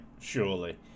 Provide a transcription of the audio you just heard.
surely